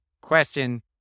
question